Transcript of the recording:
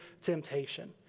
temptation